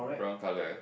brown color